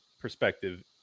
perspective